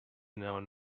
known